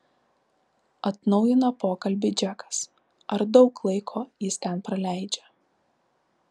atnaujina pokalbį džekas ar daug laiko jis ten praleidžia